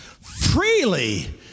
Freely